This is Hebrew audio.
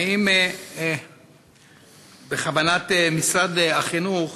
האם בכוונת משרד החינוך